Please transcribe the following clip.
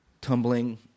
Tumbling